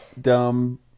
dumb